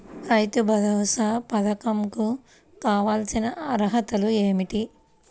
రైతు భరోసా పధకం కు కావాల్సిన అర్హతలు ఏమిటి?